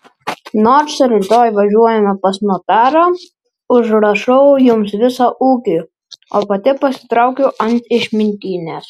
nors ir rytoj važiuojame pas notarą užrašau jums visą ūkį o pati pasitraukiu ant išimtinės